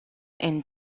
and